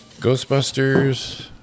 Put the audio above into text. Ghostbusters